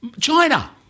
China